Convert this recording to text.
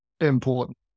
important